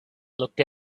looked